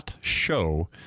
show